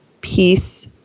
peace